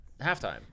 halftime